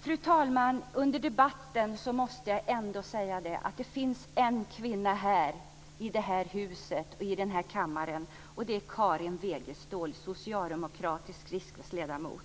Fru talman! Under debatten måste jag ändå säga att det finns en klok kvinna i det här huset och i kammaren, och det är Karin Wegestål, socialdemokratisk riksdagsledamot.